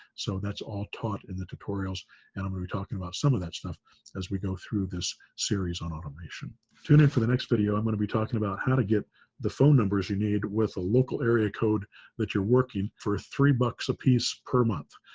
so that's all taught in the tutorials and i'm going to be talking about some of that stuff as we go through this series on automation. tune in for the next video. i'm going to be talking about how to get the phone numbers you need with the local area code that you're working for three bucks apiece per month.